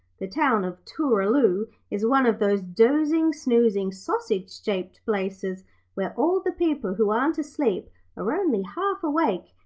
the town of tooraloo is one of those dozing, snoozing, sausage-shaped places where all the people who aren't asleep are only half awake,